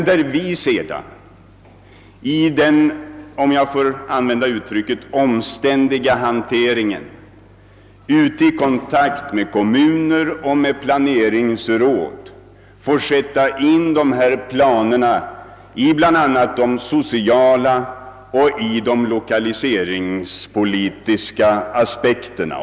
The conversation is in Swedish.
Sedan får vi i den — om jag får använda uttrycket — omständliga hanteringen i kontakt med kommuner och planeringsråd granska dessa planer ur bl.a. de sociala och lokaliseringspolitiska aspekterna.